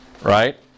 right